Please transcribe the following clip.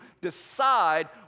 decide